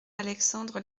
alexandre